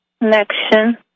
connection